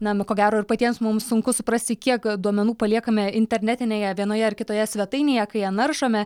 na nu ko gero ir paties mums sunku suprasti kiek duomenų paliekame internetinėje vienoje ar kitoje svetainėje kai ją naršome